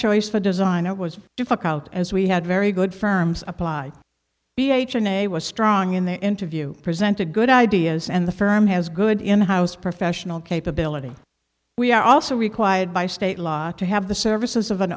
choice for design it was difficult as we had very good firms applied b a h a n a was strong in the interview presented good ideas and the firm has good in house professional capability we are also required by state law to have the services of an